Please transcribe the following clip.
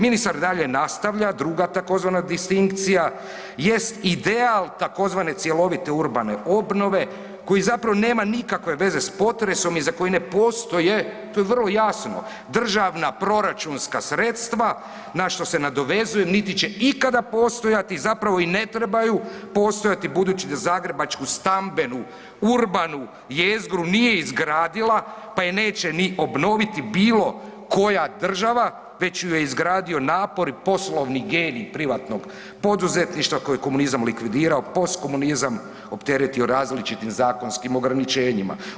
Ministar dalje nastavlja druga tzv. distinkcija jest ideja tzv. cjelovite urbane obnove koji zapravo nema nikakve veze s potresom i za koji ne postoje, to je vrlo jasno, državna, proračunska sredstva na što se nadovezuje niti će ikada postojati, zapravo i ne trebaju postojati budući da zagrebačku stambenu, urbanu jezgru nije izgradila pa je neće ni obnoviti bilo koja država već ju je izgradio napor i poslovni genij privatnog poduzetništva koji je komunizam likvidirao, postkomunizam opteretio različitim zakonskim ograničenjima.